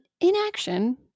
inaction